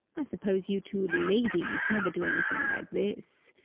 i suppose you two ladies never do anything like this.